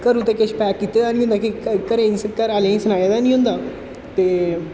घरूं ते किश पैक कीते दा निं होंदा कि घरा आह्लें गी सनाए दा निं होंदा ते